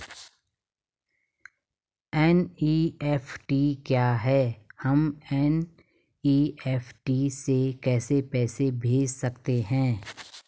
NEFT क्या है हम एन.ई.एफ.टी से कैसे पैसे भेज सकते हैं?